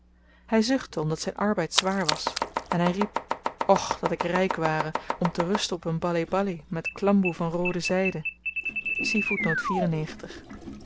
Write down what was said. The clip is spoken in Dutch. hy zuchtte omdat zyn arbeid zwaar was en hy riep och dat ik ryk ware om te rusten op een baleh-baleh met klamboe van roode